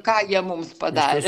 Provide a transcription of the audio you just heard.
ką jie mums padarė